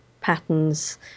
patterns